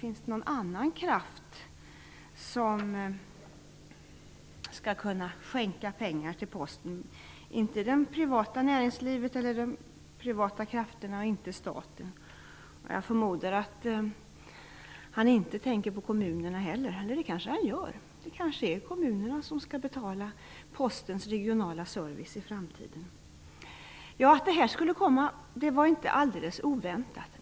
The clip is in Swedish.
Finns det någon annan kraft som kan skänka pengar till Posten? Pengarna skall ju inte tas från det privata näringslivet, de privata krafterna eller staten. Jag förmodar att han inte heller tänker på kommunerna, men det kanske han gör. Det är kanske kommunerna som skall betala Postens regionala service i framtiden. Det var inte alldeles oväntat att detta skulle komma.